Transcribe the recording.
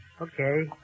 Okay